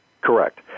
Correct